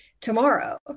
tomorrow